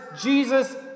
Jesus